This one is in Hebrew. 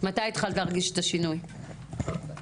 לראש תחום ספציפי או עבריינות מסוימת מה עושה